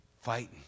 fighting